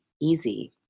easy